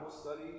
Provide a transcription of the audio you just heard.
study